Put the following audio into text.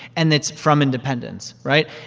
and it's from independents, right?